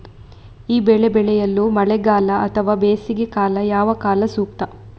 ಈ ಬೆಳೆ ಬೆಳೆಯಲು ಮಳೆಗಾಲ ಅಥವಾ ಬೇಸಿಗೆಕಾಲ ಯಾವ ಕಾಲ ಸೂಕ್ತ?